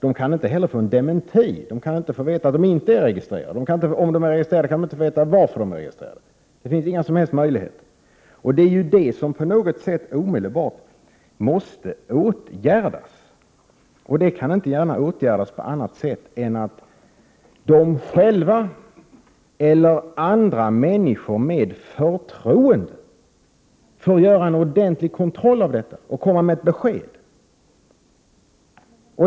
De kan inte heller få en dementi. De kan alltså inte få veta att de inte är registrerade. Om de är registrerade, finns det ingen som helst möjlighet för dem att få veta varför de är registrerade. Det är ju detta som på något sätt omedelbart måste åtgärdas. Och det kan inte gärna åtgärdas på annat sätt än att personerna i fråga själva eller andra människor med förtroende får göra en ordentlig kontroll och komma med ett besked.